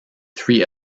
three